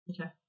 Okay